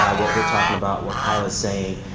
ah what we're talking about, what kyla's saying.